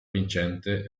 vincente